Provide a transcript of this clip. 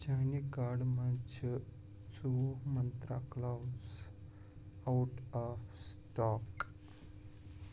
چانہِ کارڈ مَنٛز چھِ ژۄوُہ منٛترٛا کلووٕز آوُٹ آف سٹاک